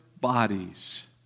bodies